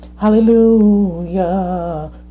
hallelujah